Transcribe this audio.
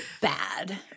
bad